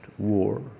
War